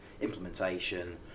implementation